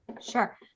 Sure